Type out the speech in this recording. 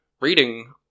reading